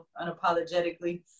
unapologetically